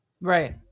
right